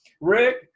Rick